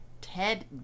Ted